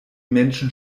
menschen